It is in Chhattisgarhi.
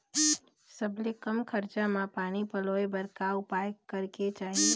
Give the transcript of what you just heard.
सबले कम खरचा मा पानी पलोए बर का उपाय करेक चाही?